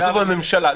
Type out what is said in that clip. כתוב הממשלה.